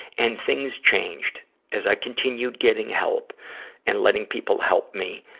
and things changed as i continued getting help and letting people help me.